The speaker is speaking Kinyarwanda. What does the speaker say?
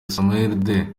smaragde